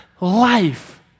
life